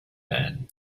then